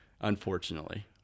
Unfortunately